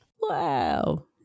Wow